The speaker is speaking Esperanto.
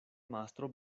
mastro